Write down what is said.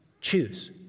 choose